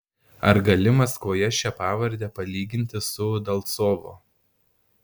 ar gali maskvoje šią pavardę palyginti su udalcovo